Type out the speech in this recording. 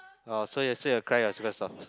uh so yesterday you cry was because of